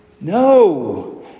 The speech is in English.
No